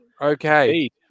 Okay